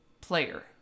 player